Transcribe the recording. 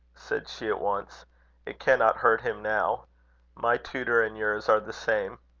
said she, at once it cannot hurt him now my tutor and yours are the same.